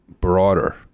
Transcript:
broader